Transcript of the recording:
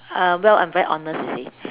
um well I am very honest you see